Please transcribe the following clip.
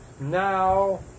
now